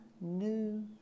new